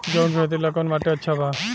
गेहूं के खेती ला कौन माटी अच्छा बा?